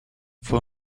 fue